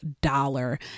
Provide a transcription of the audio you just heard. dollar